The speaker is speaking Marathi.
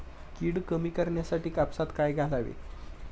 कीड कमी करण्यासाठी कापसात काय घालावे?